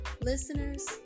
listeners